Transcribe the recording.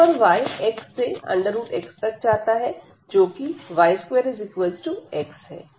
यहां पर y x से x तक जाता है जो कि y2x है